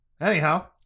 anyhow